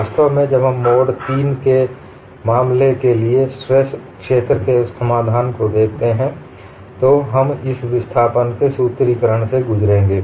वास्तव में जब हम मोड III के मामले के लिए स्ट्रेस क्षेत्र के समाधान को देखते हैं तो हम इस विस्थापन के सूत्रीकरण से गुजरेंगे